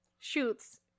shoots